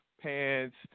pants